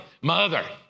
Mother